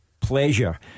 pleasure